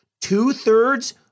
two-thirds